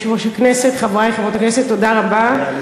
יושב-ראש הכנסת, חברי חברי הכנסת, תודה רבה.